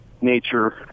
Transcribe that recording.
nature